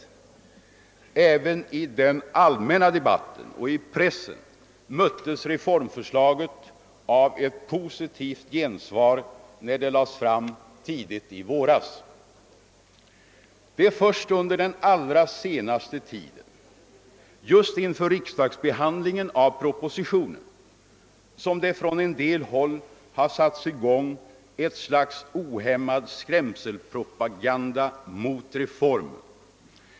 Även i den allmänna debatten och i pressen möttes reformförslaget av ett positivt gensvar när det lades fram tidigt i våras. Det är först under den allra senaste tiden — just inför riksdagsbehandlingen av propositionen — som det från en del håll har satts i gång ett slags ohämmad skrämselpropaganda mot reformen.